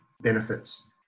benefits